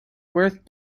worth